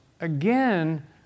again